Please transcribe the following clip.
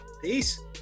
Peace